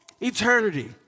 eternity